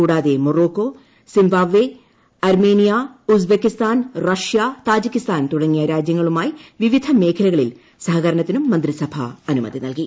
കൂടാതെ Morocco Zimbabwe Armenia Uzbekistan Russia Tajikistan തുടങ്ങിയ രാജ്യങ്ങളുമായി വിവിധ മേഖലകളിൽ സഹകരണത്തിനും മന്ത്രിസഭ അനുമതി നൽകി